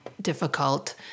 difficult